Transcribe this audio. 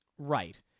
Right